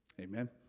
Amen